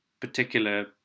particular